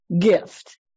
gift